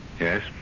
Yes